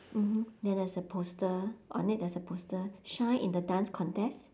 mmhmm then there's a poster on it there's a poster shine in the dance contest